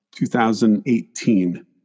2018